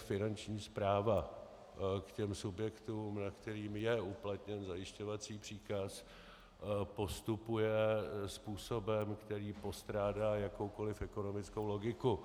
Finanční správa k těm subjektům, nad kterými je uplatněn zajišťovací příkaz, postupuje způsobem, který postrádá jakoukoliv ekonomickou logiku.